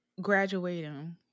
graduating